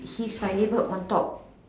he's my neighbour on top